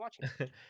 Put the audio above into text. watching